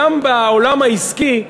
גם בעולם העסקי,